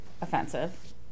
offensive